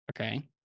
Okay